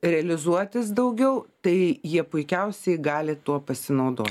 realizuotis daugiau tai jie puikiausiai gali tuo pasinaudo